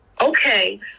Okay